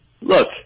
look